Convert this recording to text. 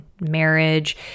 marriage